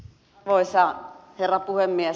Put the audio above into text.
arvoisa herra puhemies